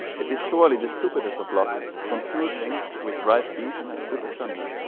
it is surely the stupidest of losses to confuse things which right reason has put asunder,